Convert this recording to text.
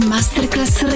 Masterclass